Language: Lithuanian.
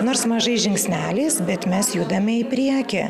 nors mažais žingsneliais bet mes judame į priekį